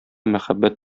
мәхәббәт